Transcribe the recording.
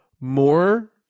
more